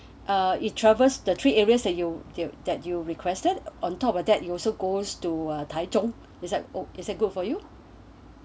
uh it traverses the three areas that you do that you requested on top of that you also goes to taizhong is uh is it good for you